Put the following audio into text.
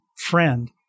friend –